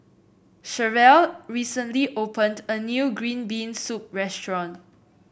Cherelle recently opened a new Green Bean Soup restaurant